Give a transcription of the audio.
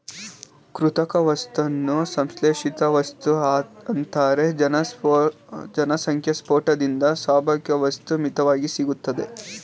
ಕೃತಕ ವಸ್ತುನ ಸಂಶ್ಲೇಷಿತವಸ್ತು ಅಂತಾರೆ ಜನಸಂಖ್ಯೆಸ್ಪೋಟದಿಂದ ಸ್ವಾಭಾವಿಕವಸ್ತು ಮಿತ್ವಾಗಿ ಸಿಗ್ತದೆ